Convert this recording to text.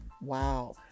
Wow